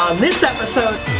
um this episode